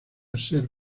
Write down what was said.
ser